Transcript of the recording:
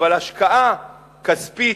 אבל השקעה כספית,